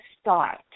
start